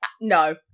no